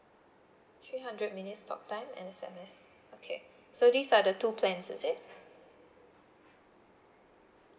three hundred minutes talk time and S_M_S okay so these are the two plans is it